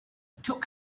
took